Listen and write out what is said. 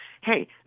Hey